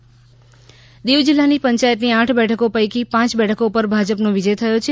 દીવ દિવ જીલ્લાની પંચાયતની આઠ બેઠકો પૈકી પાંચ બેઠકો ઉપર ભાજપનો વિજય થયો છે